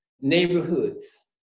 neighborhoods